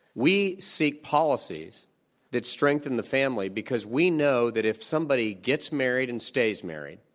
we seek policies that strengthen the family, because we know that if somebody gets married and stays married,